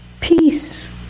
Peace